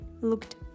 looked